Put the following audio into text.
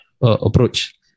approach